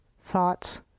thoughts